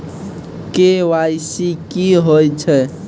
KYC की होय छै?